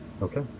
Okay